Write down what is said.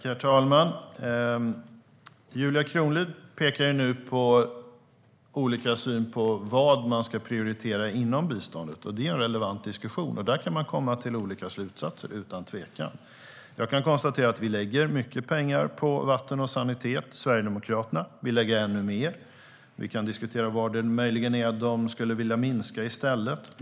Herr talman! Julia Kronlid pekar på vad man ska prioritera inom biståndet. Det är en relevant diskussion, och där kan vi komma till olika slutsatser. Utan tvekan är det så. Jag kan konstatera att vi lägger mycket pengar på vatten och sanitet. Sverigedemokraterna vill lägga ännu mer. Vi kan diskutera vad de möjligen skulle vilja minska på i stället.